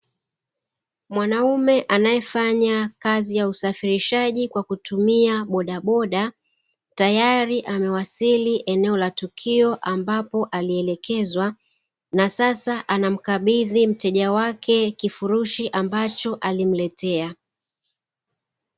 Mwanaume anaefanya kazi ya usafirishaji kwa kutumia pikipiki (bodaboda), teyari amewasili eneo la tukio ambapo alielekezwa na sasa ana mkabidhi mteja wake kifurushi alichomletea.